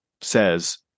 says